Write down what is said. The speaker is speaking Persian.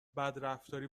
بدرفتاری